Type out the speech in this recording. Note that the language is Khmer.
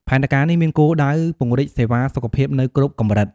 ផែនការនេះមានគោលដៅពង្រីកសេវាសុខភាពនៅគ្រប់កម្រិត។